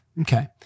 Okay